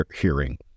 hearing